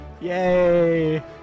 yay